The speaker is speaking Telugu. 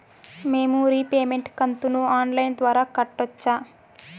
మేము రీపేమెంట్ కంతును ఆన్ లైను ద్వారా కట్టొచ్చా